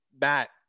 Matt